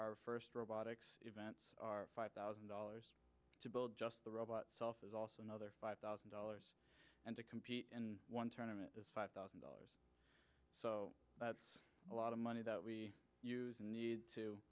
our first robotics events are five thousand dollars to build just the robot self is also another five thousand dollars and to compete in one turn it is five thousand dollars so that's a lot of money that we use and need to